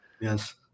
Yes